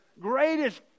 greatest